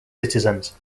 citizens